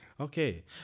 Okay